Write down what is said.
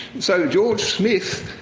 so, george smith,